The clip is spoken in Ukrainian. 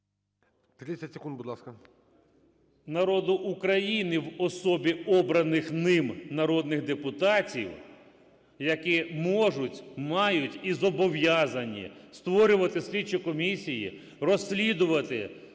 …народу України в особі обраних ним народних депутатів. Які можуть, мають і зобов'язані створювати слідчі комісії, розслідувати